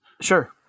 Sure